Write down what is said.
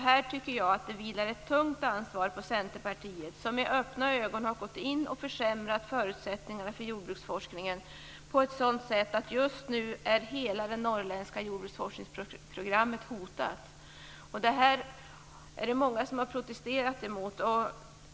Här tycker jag att det vilar ett tungt ansvar på Centerpartiet, som med öppna ögon har gått in och försämrat förutsättningarna för jordbruksforskningen på ett sådant sätt att hela det norrländska jordbruksforskningsprogrammet just nu är hotat. Det är många som har protesterat mot det här.